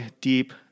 deep